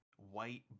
white